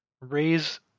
raise